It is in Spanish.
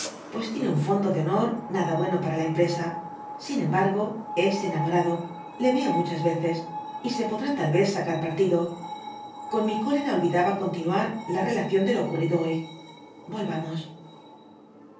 pues tiene un fondo de honor nada bueno para la empresa sin embargo es enamorado le veo muchas veces y se podrá tal vez sacar partido con mi cólera olvidaba continuar la relación de lo ocurrido hoy volvamos